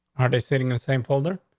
are they stating the same folder?